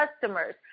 customers